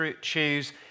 choose